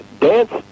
dance